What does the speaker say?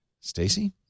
Stacy